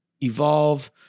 evolve